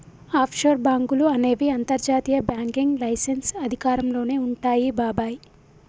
offshore బాంకులు అనేవి అంతర్జాతీయ బ్యాంకింగ్ లైసెన్స్ అధికారంలోనే వుంటాయి బాబాయ్